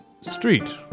street